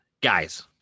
guys